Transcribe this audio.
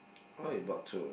oh you bought two